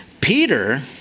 Peter